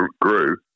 grew